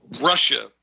russia